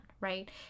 right